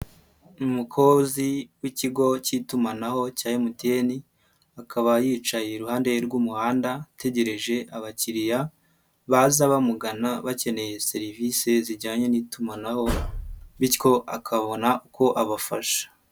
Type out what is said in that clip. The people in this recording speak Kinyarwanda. Umukozi w'ikigo cy'itumanaho cya MTN, akaba yicaye iruhande rw'umuhanda ategereje abakiriya baza bamugana bakeneye serivisi zijyanye n'itumanaho bityo akabona uko abafasha.